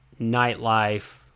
nightlife